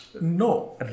No